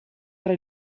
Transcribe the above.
tra